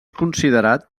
considerat